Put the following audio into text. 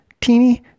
teeny